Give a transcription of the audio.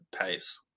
pace